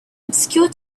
obscure